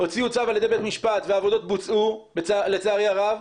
הוציאו צו על ידי בית משפט ועבודות בוצעו לצערי הרב,